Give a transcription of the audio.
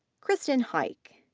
kristin heick.